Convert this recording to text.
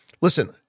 listen